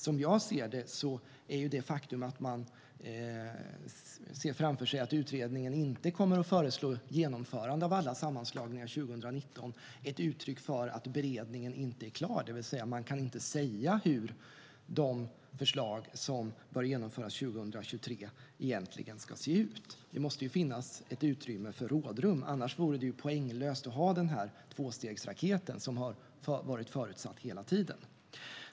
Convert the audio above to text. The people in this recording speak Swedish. Som jag ser det är det faktum att man ser framför sig att utredningen inte kommer att föreslå genomförande av alla sammanslagningar 2019 ett uttryck för att beredningen inte är klar, det vill säga att man inte kan säga hur de förslag som bör genomföras 2023 egentligen ska se ut. Det måste finnas ett utrymme för rådrum. Annars vore det poänglöst att ha den här tvåstegsraketen som varit förutsatt hela tiden.